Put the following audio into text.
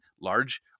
large